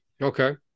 Okay